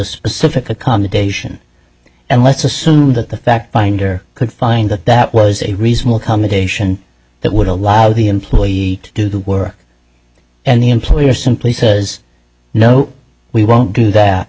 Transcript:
specific accommodation and let's assume that the fact finder could find that that was a reasonable accommodation that would allow the employee to do the work and the employer simply says no we won't do that